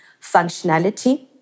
functionality